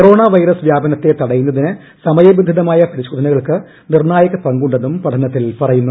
corona virus വ്യാപനത്തെ തടയുന്നതിന് സമയനുസൃതമായ പരിശോധനകൾക്കു ് നിർണായകമായ പങ്കുണ്ടെന്നും പഠനത്തിൽ പറയുന്നു